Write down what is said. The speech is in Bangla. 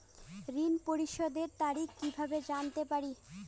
ঋণ পরিশোধের তারিখ কিভাবে জানতে পারি?